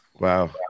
wow